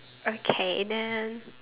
okay then